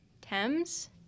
Thames